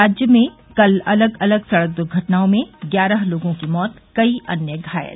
राज्य में कल अलग अलग सड़क दुर्घटनाओं में ग्यारह लोगों की मौत कई अन्य घायल